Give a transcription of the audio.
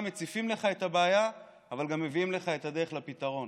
מציפים לך את הבעיה אבל גם מביאים לך את הדרך לפתרון,